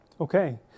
okay